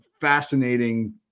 fascinating